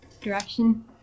direction